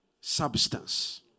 substance